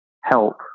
help